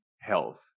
health